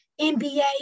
NBA